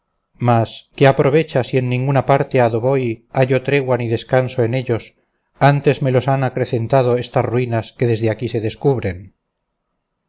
mas qué aprovecha si en ninguna parte a do voy hallo tregua ni descanso en ellos antes me los han acrecentado estas ruinas que desde aquí se descubren